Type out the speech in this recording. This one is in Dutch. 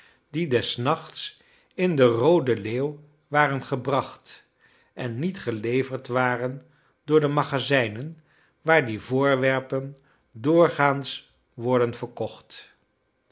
die des nachts in de roode leeuw waren gebracht en niet geleverd waren door de magazijnen waar die voorwerpen doorgaans worden verkocht